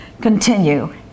continue